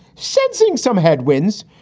sensing some headwinds,